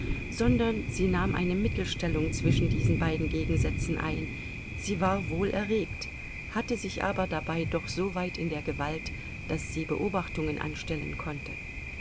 sondern sie nahm eine mittelstellung zwischen diesen beiden gegensätzen ein sie war wohl erregt hatte sich aber dabei doch so weit in der gewalt daß sie beobachtungen anstellen konnte